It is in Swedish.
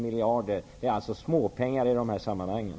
miljarder. Det är alltså småpengar i de här sammanhangen.